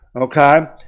okay